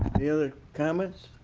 any other comments?